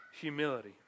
humility